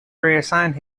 reassigned